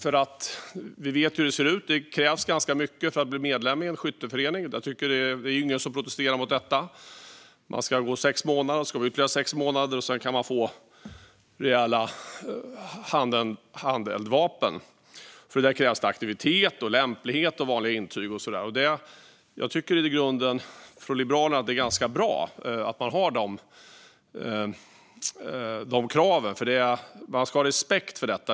Vi vet hur det ser ut, nämligen att det krävs ganska mycket för att bli medlem i en skytteförening. Det är ingen som protesterar mot det. Det är fråga om sex månader och sedan ytterligare sex månader, och sedan kan man få använda rejäla handeldvapen. För det krävs att man är aktiv, är lämplig och innehar vanliga intyg. Vi liberaler tycker i grunden att det är bra med de kraven. Man ska ha respekt för dem.